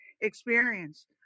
experience